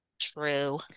True